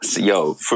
Yo